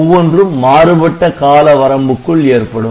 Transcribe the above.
ஒவ்வொன்றும் மாறுபட்ட காலவரம்புக்குள் ஏற்படும்